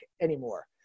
anymore